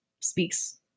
speaks